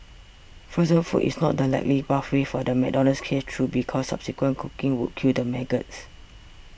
frozen food is not the likely pathway for the McDonald's case though because subsequent cooking would kill the maggots